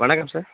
வணக்கம் சார்